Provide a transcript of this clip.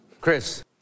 Chris